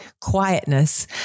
quietness